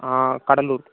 Cuddalore